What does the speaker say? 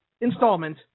installment